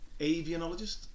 Avianologist